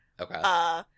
Okay